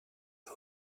new